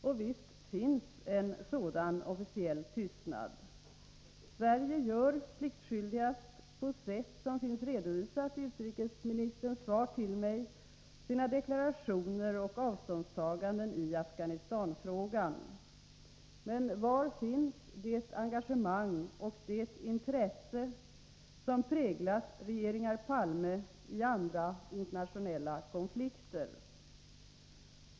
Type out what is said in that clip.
Och visst finns det en sådan officiell tystnad. Sverige gör pliktskyldigast — på sätt som finns redovisat i utrikesministerns svar till mig — sina deklarationer och avståndstaganden i Afghanistanfrågan, men var finns det engagemang och det intresse som präglat regeringar Palme i andra internationella konflikter?